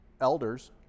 elders